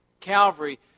calvary